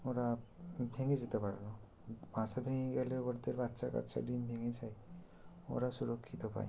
ওরা ভেঙে যেতে পারে না বাসা ভেঙে গেলে ওদের বাচ্চা কাচ্চা ডিম ভেঙে যায় ওরা সুরক্ষিত পায়